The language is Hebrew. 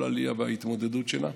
כל עלייה וההתמודדות שלה.